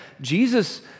Jesus